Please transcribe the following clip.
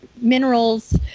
minerals